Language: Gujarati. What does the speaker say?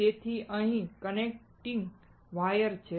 તેથી અહીં કનેક્ટિંગ વાયર છે